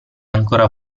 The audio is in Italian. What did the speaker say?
ancora